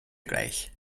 gleich